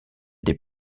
des